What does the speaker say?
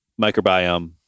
microbiome